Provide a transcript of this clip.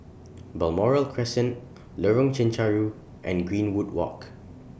Balmoral Crescent Lorong Chencharu and Greenwood Walk